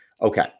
Okay